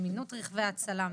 זמינות רכבי ההצלה,